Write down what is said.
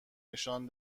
نشان